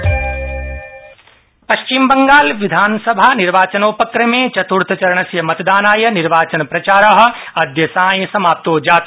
पश्चिम बंगाल निर्वाचनम् पश्चिम बंगाल विधानसभा निर्वाचनोपक्रमे चत्र्थचरणस्य मतदानाय निर्वाचन प्रचार अद्य सायं समाप्तो जात